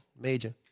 Major